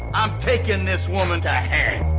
i'm taking this woman to hang!